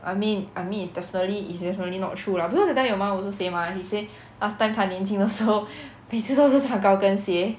I mean I mean is definitely is definitely not true lah because that time your mum also say mah she say last time 她年轻的时候每次都是穿高跟鞋